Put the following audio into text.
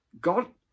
God